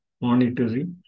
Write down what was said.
monetary